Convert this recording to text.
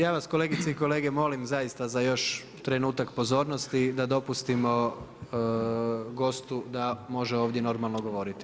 Ja vas kolegice i kolege molim zaista za još trenutak pozornosti da dopustimo gostu da može ovdje normalno govoriti.